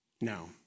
No